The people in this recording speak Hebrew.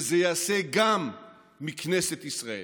וזה ייעשה גם מכנסת ישראל.